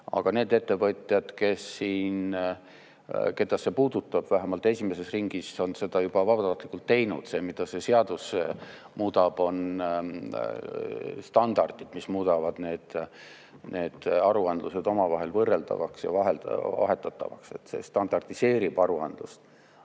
aga need ettevõtjad, keda see puudutab, vähemalt esimeses ringis, on seda juba vabatahtlikult teinud. See, mida see seadus muudab, on standardid, mis muudavad need aruandlused omavahel võrreldavaks ja vahetatavaks. See standardiseerib aruandlust.